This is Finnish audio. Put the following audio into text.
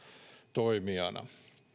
toimijana